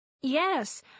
Yes